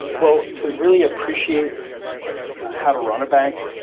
but well, to really appreciate how to run a bank,